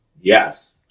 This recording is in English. Yes